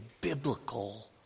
biblical